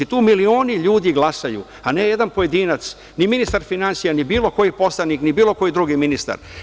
Tu milioni ljudi glasaju, a ne jedan pojedinac, ni ministar finansija, ni bilo koji poslanik, ni bilo koji drugi ministar.